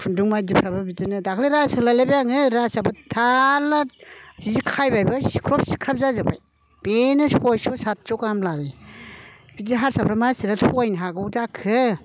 खुन्दुं मायदिफ्राबो बिदिनो दाख्लै रासो लायलायबाय आङो रासोआबो थाल्ला जि खायबायबो सिख्रब सिख्राब जाजोबबाय बेनो सयस' सादस' गाहाम लायो बिदि हारसाफ्रा मा इसे थगायनो हागौ जाखो